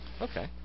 Okay